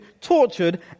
tortured